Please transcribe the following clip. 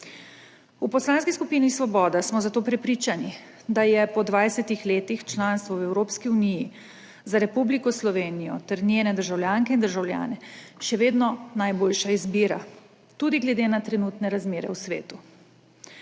V Poslanski skupini Svoboda smo zato prepričani, da je po 20 letih članstva v Evropski uniji za Republiko Slovenijo ter njene državljanke in državljane še vedno najboljša izbira, tudi glede na trenutne razmere v svetu.